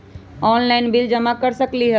Online bill जमा कर सकती ह?